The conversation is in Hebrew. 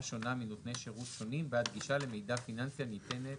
שונה מנותני שירות שונים בעד גישה למידע פיננסי הניתנת